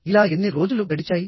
ఇలా ఎన్ని రోజులు గడిచాయి